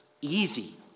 easy